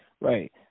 Right